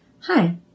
Hi